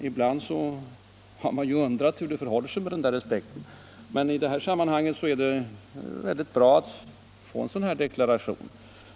Ibland har man ju undrat hur det förhåller sig därmed, och därför är det bra att få en sådan deklaration.